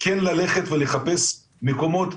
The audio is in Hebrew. כן ללכת ולחפש מקומות,